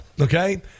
okay